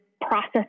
process